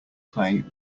clay